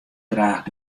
graach